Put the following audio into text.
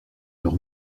leur